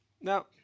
Now